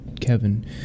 Kevin